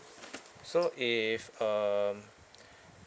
so if um